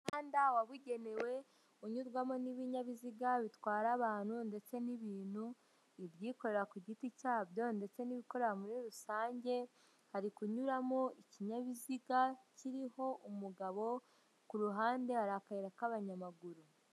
Umuhanda wabugenewe unyurwamo n'ibinyabiziga bitwara abantu ndetse n'ibintu, ibyikorera ku giti cyabyo ndetse n'ibikorera muri rusange, hari kunyuramo ikinyabiziga kiriho umugabo ku ruhande hari akayira k'abanyamaguru.